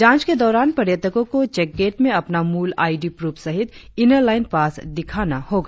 जांच के दौरान पर्यटकों को चेक गेट में अपना मूल आई डी प्रूफ सहित इनरर्लाइन पास दिखाना होगा